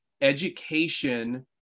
education